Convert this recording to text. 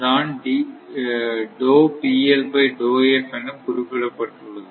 தான் என குறிப்பிடப்பட்டுள்ளது